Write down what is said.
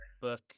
book